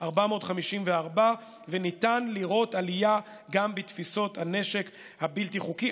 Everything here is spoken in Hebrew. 454. ניתן לראות עלייה גם בתפיסות הנשק הבלתי-חוקי.